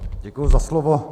Děkuji za slovo.